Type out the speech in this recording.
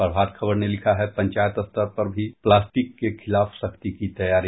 प्रभात खबर ने लिखा है पंचायत स्तर पर भी प्लास्टिक के खिलाफ सख्ती की तैयारी